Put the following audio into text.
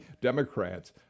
Democrats